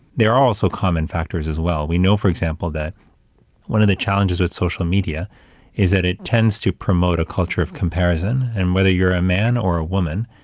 there are also common factors as well. we know, for example, that one of the challenges with social media is that it tends to promote a culture of comparison, and whether you're a man or a woman,